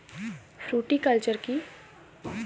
Fruticulture কী?